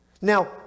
Now